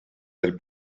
del